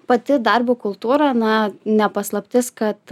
pati darbo kultūra na ne paslaptis kad